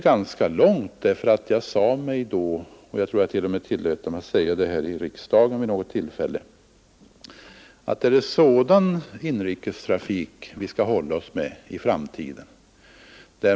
Jag frågade mig då och jag tror att jag tillät mig säga det här i riksdagen vid något tillfälle om det är sådan inrikestrafik som vi skall hålla oss med i framtiden.